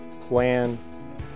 Plan